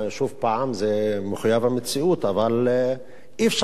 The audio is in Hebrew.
זה מחויב המציאות, אי-אפשר להתעלם מדוח כזה.